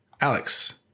Alex